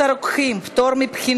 חובת סינון אתרים פוגעניים),